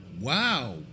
Wow